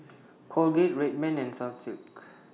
Colgate Red Man and Sunsilk